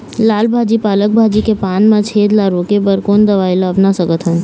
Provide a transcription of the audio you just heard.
लाल भाजी पालक भाजी के पान मा छेद ला रोके बर कोन दवई ला अपना सकथन?